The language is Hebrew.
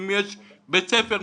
יש בית ספר,